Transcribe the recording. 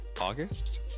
August